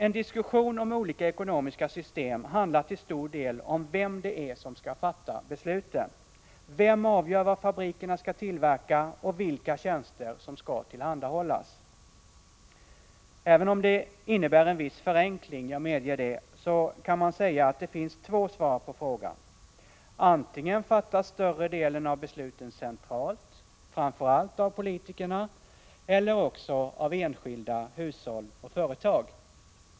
En diskussion om olika ekonomiska system handlar till stor del om vem det är som skall fatta besluten, om vem som avgör vad fabrikerna skall tillverka och vilka tjänster som skall tillhandahållas. Även om det innebär en viss förenkling — jag medger det — kan man säga att det finns två svar på frågan: antingen att större delen av besluten fattas centralt, framför allt av politikerna, eller att de fattas av enskilda hushåll och företag.